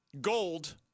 gold